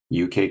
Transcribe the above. UK